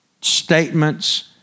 statements